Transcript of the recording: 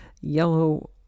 yellow